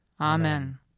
Amen